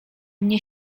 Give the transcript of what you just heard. mnie